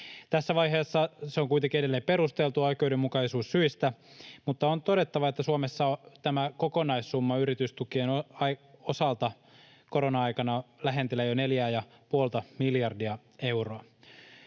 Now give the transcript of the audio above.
tässä vaiheessa kuitenkin edelleen perusteltua oikeudenmukaisuussyistä, mutta on todettava, että Suomessa kokonaissumma yritystukien osalta korona-aikana lähentelee jo 4,5:tä miljardia euroa.